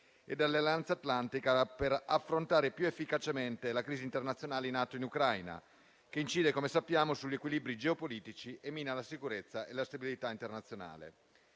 e dell'Alleanza atlantica per affrontare più efficacemente la crisi internazionale in atto in Ucraina, che incide, come sappiamo, sugli equilibri geopolitici e mina la sicurezza e la stabilità internazionali.